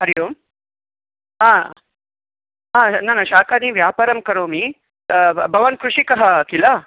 हरिः ओं हा न न शाकानि व्यापारं करोमि भवान् कृषिकः किल